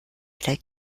wieder